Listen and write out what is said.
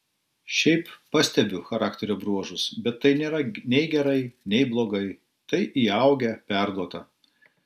šiaip pastebiu charakterio bruožus bet tai nėra nei gerai nei blogai tai įaugę perduota